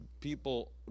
people